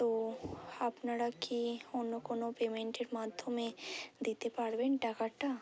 তো আপনারা কি অন্য কোন পেমেন্টের মাধ্যমে দিতে পারবেন টাকাটা